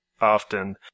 often